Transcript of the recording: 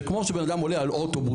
זה כמו שבן אדם עולה על אוטובוס,